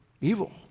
evil